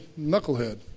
knucklehead